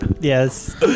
Yes